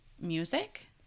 music